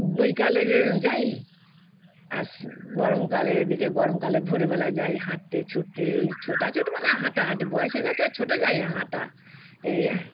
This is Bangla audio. বিকালে যাই আর গরমকালের দিকে গরমকালে ভোরবেলা যাই হাঁটতে ছুটতে ওই ছোটাছুটি মানে হাঁটাহাঁটি বয়স হয়ে গেছে আর ছোটা যায় হাঁটা এই আর কি